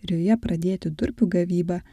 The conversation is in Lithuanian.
ir joje pradėti durpių gavybą